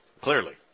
clearly